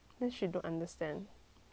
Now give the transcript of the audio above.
让人找人 slap 她